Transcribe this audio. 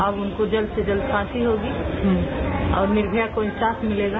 अब उनको जल्दं से जल्दि फांसी होगी और निर्भया को इंसाफ मिलेगा